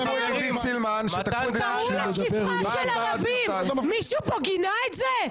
ערבים, מישהו פה גינה את זה?